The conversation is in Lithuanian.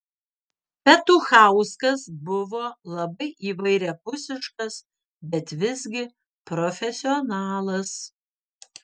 petuchauskas buvo labai įvairiapusiškas bet visgi profesionalas